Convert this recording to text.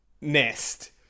nest